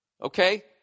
Okay